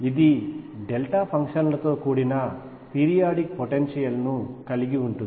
ఇది delta function లతో కూడిన పీరియాడిక్ పొటెన్షియల్ ను కలిగి ఉంటుంది